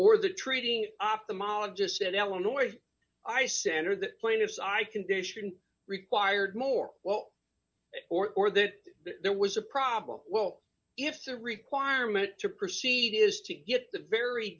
or the treating ophthalmologist said eleanore if i center the plaintiffs i condition required more well or more that there was a problem well if the requirement to proceed is to get the very